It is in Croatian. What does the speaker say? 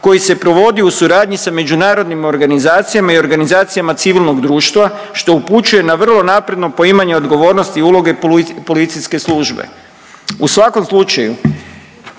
koji se provodi u suradnji sa međunarodnim organizacijama i organizacijama civilnog društva što upućuje na vrlo napredno poimanje odgovornosti i uloge policijske službe. U svakom slučaju